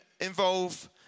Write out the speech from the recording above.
involve